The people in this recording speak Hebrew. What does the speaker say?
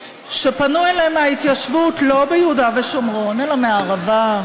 שפנו אליהם מההתיישבות לא ביהודה ושומרון אלא מהערבה,